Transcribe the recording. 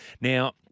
Now